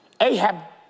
Ahab